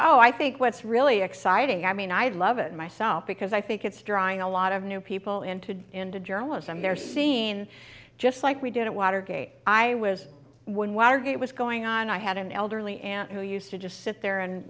oh i think what's really exciting i mean i'd love it myself because i think it's drawing a lot of new people into into journalism they're seeing just like we did at watergate i was when watergate was going on i had an elderly aunt who used to just sit there and